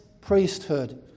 priesthood